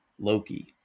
loki